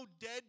dead